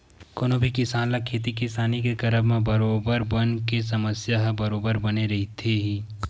कोनो भी किसान ल खेती किसानी के करब म बरोबर बन के समस्या ह बरोबर बने रहिथे ही